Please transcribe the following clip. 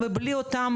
אם זה שנה